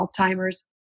Alzheimer's